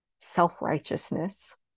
self-righteousness